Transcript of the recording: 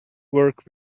work